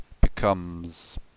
becomes